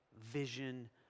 vision